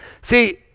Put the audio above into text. See